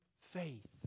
faith